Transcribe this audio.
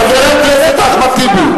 חבר הכנסת אחמד טיבי.